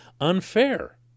unfair